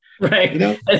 Right